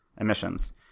emissions